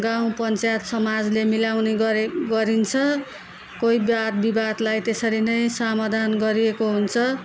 गाउँ पञ्चायत समाजले मिलाउने गरे गरिन्छ कोही वाद विवादलाई त्यसेरी नै सामाधान गरिएको हुन्छ